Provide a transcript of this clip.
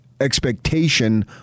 expectation